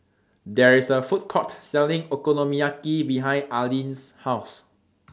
There IS A Food Court Selling Okonomiyaki behind Aleen's House